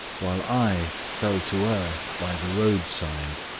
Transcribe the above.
while i fell to earth by the roadside.